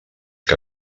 que